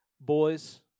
Boys